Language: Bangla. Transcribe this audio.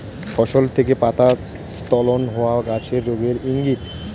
ফসল থেকে পাতা স্খলন হওয়া গাছের রোগের ইংগিত